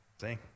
See